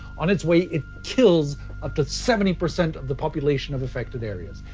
on its way it kills up to seventy percent of the population of affected areas.